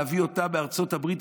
להביא אותם מארצות הברית,